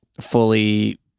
fully